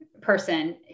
person